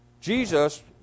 Jesus